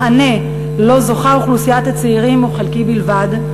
המענה שאוכלוסיית הצעירים זוכה לו הוא חלקי בלבד,